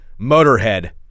Motorhead